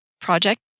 project